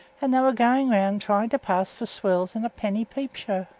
and they were going round trying to pass for swells in a penny peep-show.